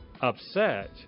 upset